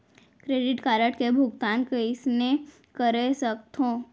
Credit card के भुगतान कईसने कर सकथो?